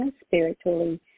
spiritually